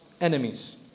Enemies